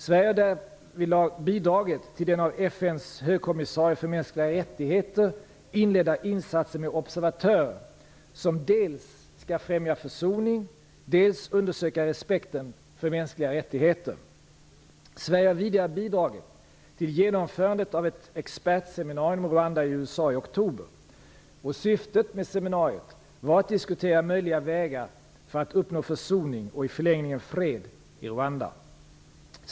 Sverige har bidragit till den av FN:s högkommissarie för mänskliga rättigheter inledda insatsen med observatörer som dels skall främja försoning, dels undersöka respekten för mänskliga rättigheter. Sverige har vidare bidragit till genomförandet av ett expertseminarium om Rwanda i USA i oktober. Syftet med seminariet var att diskutera möjliga vägar att uppnå försoning och i förlängningen fred i Rwanda.